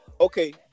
Okay